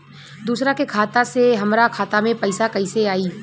दूसरा के खाता से हमरा खाता में पैसा कैसे आई?